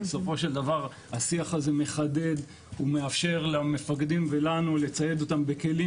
בסופו של דבר השיח הזה מחדד ומאפשר למפקדים ולנו לצייד אותם בכלים